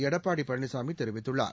எடப்பாடி பழனிசாமி தெரிவித்துள்ளார்